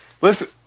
Listen